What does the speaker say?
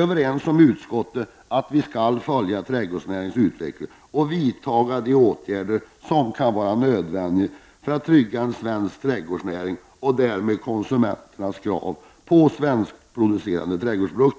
I utskottet är vi överens om att vi skall följa trädgårdsnäringens utveckling och om att vi skall vidta de åtgärder som kan vara nödvändiga för att trygga svensk trädgårdsnäring och därmed tillgodose konsumenternas krav på svenskproducerade trädgårdsprodukter.